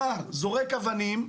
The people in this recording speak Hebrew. נער זורק אבנים,